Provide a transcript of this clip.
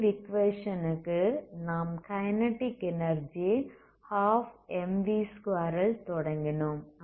wave equation க்கு நாம் kinetic energy 12mv2 ல் தொடங்கினோம்